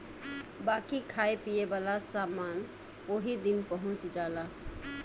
बाकी खाए पिए वाला समान ओही दिन पहुच जाला